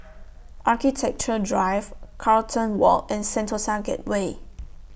Architecture Drive Carlton Walk and Sentosa Gateway